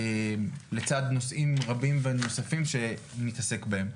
לצד נושאים רבים ונוספים שנתעסק בהם.